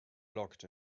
locked